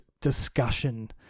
discussion